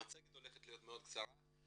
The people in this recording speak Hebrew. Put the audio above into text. המצגת תהיה מאוד קצרה,